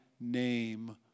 name